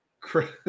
Chris